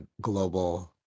global